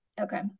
Okay